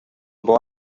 boy